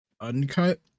uncut